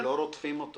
אנחנו לא רודפים אותו.